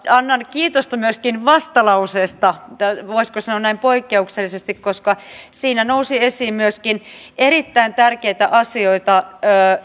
annan kiitosta myöskin vastalauseesta voisiko sanoa näin poikkeuksellisesti koska siinä nousi esiin myöskin erittäin tärkeitä asioita